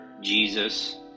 Jesus